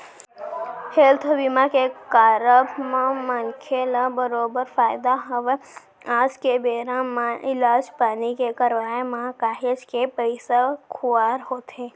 health बीमा के कारब म मनखे ल बरोबर फायदा हवय आज के बेरा म इलाज पानी के करवाय म काहेच के पइसा खुवार होथे